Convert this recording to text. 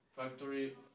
Factory